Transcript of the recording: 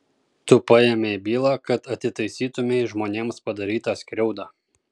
tu paėmei bylą kad atitaisytumei žmonėms padarytą skriaudą